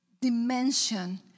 dimension